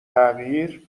تغییر